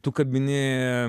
tu kabini